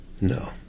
No